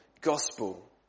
gospel